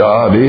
God